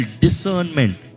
discernment